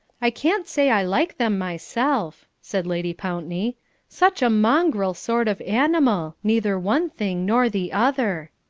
i can't say i like them myself, said lady pountney such a mongrel sort of animal neither one thing nor the other!